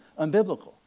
unbiblical